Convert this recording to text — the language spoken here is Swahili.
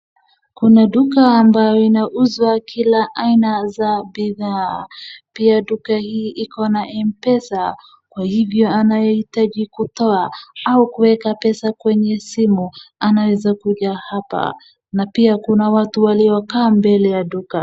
Kuna duka ambayo inauza kila aina za bidhaa, pia duka hii iko na mpesa, kwa hivyo anayehitaji kutoa au kuweka pesa kwenye simu anaweza kuja hapa. Na pia kuna watu waliokaa mbele ya duka.